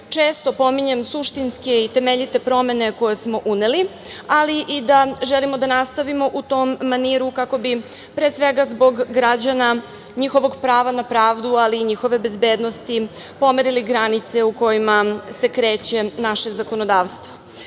Često pominjem suštinske i temeljite promene koje smo uneli, ali i da želimo da nastavimo u tom maniru, kako bi zbog građana, njihovog prava na pravdu, ali i njihove bezbednosti, pomerili granice u kojima se kreće naše zakonodavstvo. Akcenat